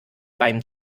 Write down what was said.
beim